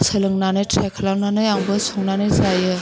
सोलोंनानै ट्राइ खालामनानै आंबो संनानै जायो